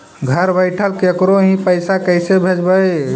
घर बैठल केकरो ही पैसा कैसे भेजबइ?